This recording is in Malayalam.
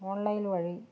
ഓൺലൈൻ വഴി